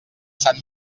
sant